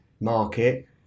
market